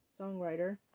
songwriter